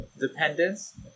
dependence